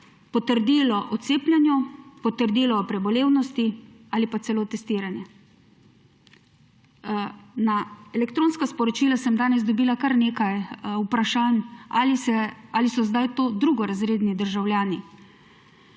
potrdilo o cepljenju, potrdilo o prebolevnosti ali pa celo testiranje. Na elektronska sporočila sem danes dobila kar nekaj vprašanj, ali so zdaj to drugorazredni državljani.